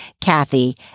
Kathy